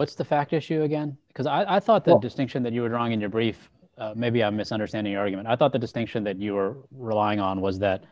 what's the fact issue again because i thought the distinction that you were wrong in your brief maybe i'm misunderstanding argument i thought the distinction that you are relying on was that